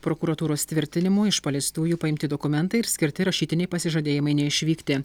prokuratūros tvirtinimu iš paliestųjų paimti dokumentai ir skirti rašytiniai pasižadėjimai neišvykti